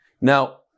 Now